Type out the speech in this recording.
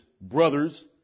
brothers